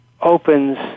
opens